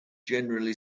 generally